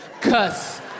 cuss